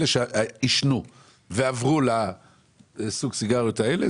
אלה שעישנו ועברו לסוג הסיגריות האלה,